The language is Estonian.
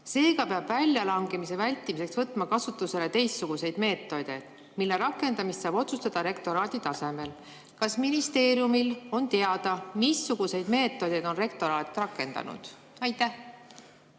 Seega peab väljalangemise vältimiseks võtma kasutusele teistsuguseid meetodeid, mille rakendamise saab otsustada rektoraadi tasemel. Kas ministeeriumile on teada, missuguseid meetodeid on rektoraat rakendanud? Ma